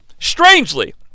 strangely